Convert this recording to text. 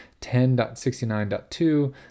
10.69.2